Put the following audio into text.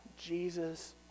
Jesus